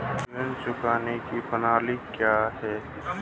ऋण चुकाने की प्रणाली क्या है?